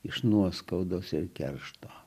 iš nuoskaudos ir keršto